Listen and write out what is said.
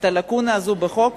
את הלקונה הזאת בחוק,